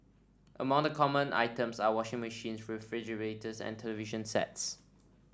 among the common items are washing machines refrigerators and television sets